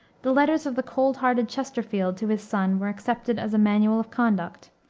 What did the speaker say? the letters of the cold-hearted chesterfield to his son were accepted as a manual of conduct,